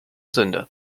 sünde